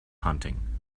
hunting